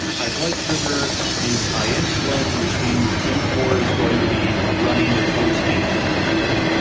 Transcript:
high blood sugar means high insulin, which means mtor is going to be running at full steam yeah.